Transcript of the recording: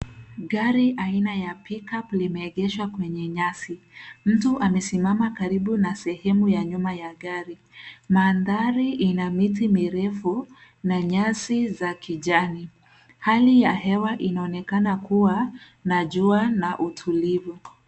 Gari aina ya pick up limeegeshwa kwenye nyasi. Mtu amesimama karibu na sehemu ya nyuma ya gari. Mandhari ina miti mirefu na nyasi za kijani. Hali ya hewa inaonekana kuwa na jua na utulivu.